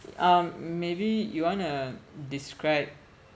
um maybe you want to describe